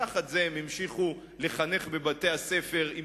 תחת זה הם המשיכו לחנך בבתי-הספר עם